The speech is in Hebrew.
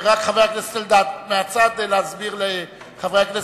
חבר הכנסת אלדד, מהצד להסביר לחברי הכנסת.